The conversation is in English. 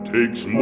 Takes